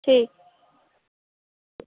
ठीक